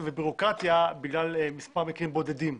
ובירוקרטיה בגלל מספר מקרים בודדים.